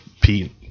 Pete